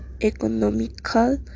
economical